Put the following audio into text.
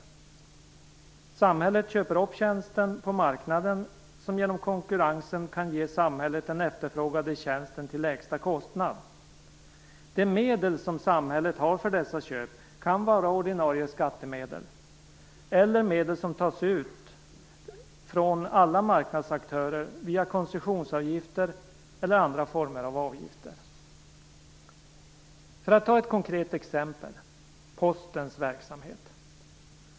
Samhället köper upp tjänsten på marknaden, som genom konkurrensen kan ge samhället den efterfrågade tjänsten till lägsta kostnad. De medel som samhället har för dessa köp kan vara ordinarie skattemedel eller medel som tas in från alla marknadsaktörer via koncessionsavgifter eller andra former av avgifter. Låt mig ta ett konkret exempel - Postens verksamhet.